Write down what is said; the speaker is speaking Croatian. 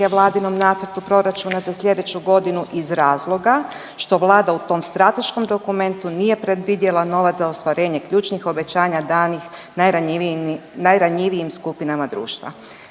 vladinom Nacrtu proračuna za sljedeću godinu iz razloga što Vlada u tom strateškom dokumentu nije predvidjela novac za ostvarenje ključnih obećanja danih najranjivijim skupinama društva.